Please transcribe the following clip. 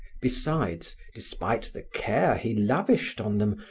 besides, despite the care he lavished on them,